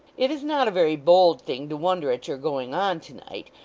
it is not a very bold thing to wonder at your going on to-night.